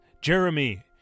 Jeremy